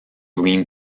lean